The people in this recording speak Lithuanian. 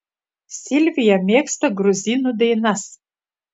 silvija mėgsta gruzinų dainas